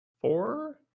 four